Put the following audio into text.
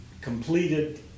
completed